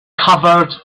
covered